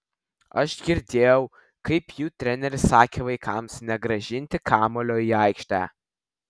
aš girdėjau kaip jų treneris sakė vaikams negrąžinti kamuolio į aikštę